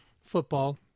football